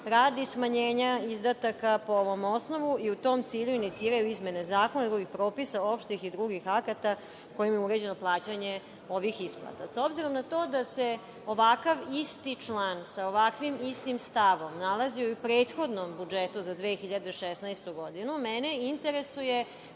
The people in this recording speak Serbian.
radi smanjenja izdataka po ovom osnovu, i u tom cilju iniciraju izmene zakona i propisa, opštih i drugih akata kojima je uređeno plaćanje ovih isplata. S obzirom na to da se ovakav isti član, sa ovakvim istim stavom, nalazio i u prethodnom budžetu za 2016. godinu, mene interesuje